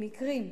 במקרים,